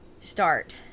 start